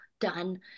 done